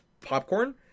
popcorn